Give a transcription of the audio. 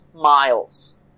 miles